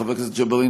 חבר הכנסת ג'בארין,